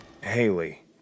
Haley